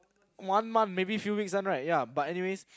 one month maybe few weeks one right ya but anyways